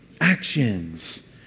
actions